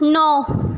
ਨੌਂ